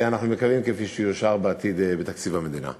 כפי שיאושר בעתיד, אנחנו מקווים, בתקציב המדינה.